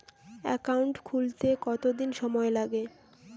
Account খুলতে কতদিন সময় লাগে?